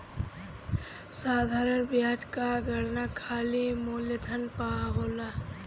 साधारण बियाज कअ गणना खाली मूलधन पअ होला